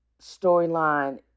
storyline